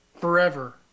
Forever